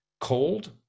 Cold